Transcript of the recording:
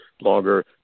longer